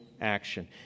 action